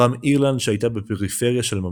ברם, אירלנד, שהייתה בפריפריה של הממלכה,